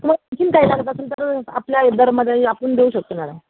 hello आणखीन काही लागत असेन तर आपल्या आपण देऊ शकतो मॅडम